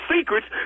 secrets